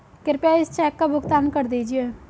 कृपया इस चेक का भुगतान कर दीजिए